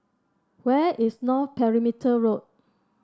where is North Perimeter Road